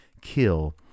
kill